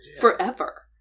forever